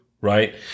right